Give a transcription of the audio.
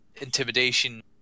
intimidation